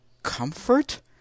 Comfort